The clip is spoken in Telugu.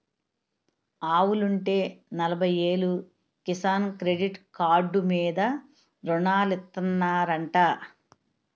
ఆవులుంటే నలబయ్యేలు కిసాన్ క్రెడిట్ కాడ్డు మీద రుణాలిత్తనారంటా